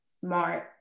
smart